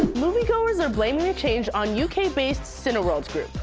moviegoers are blaming the change on yeah uk based cineworld group,